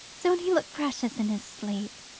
don't he look precious in his sleep?